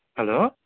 hello